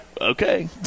okay